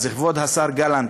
כבוד השר גלנט,